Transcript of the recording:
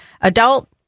adult